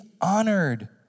honored